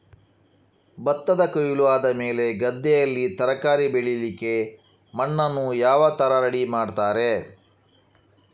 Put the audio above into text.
ಭತ್ತದ ಕೊಯ್ಲು ಆದಮೇಲೆ ಗದ್ದೆಯಲ್ಲಿ ತರಕಾರಿ ಬೆಳಿಲಿಕ್ಕೆ ಮಣ್ಣನ್ನು ಯಾವ ತರ ರೆಡಿ ಮಾಡ್ತಾರೆ?